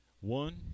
one